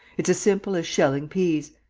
it's as simple as shelling peas.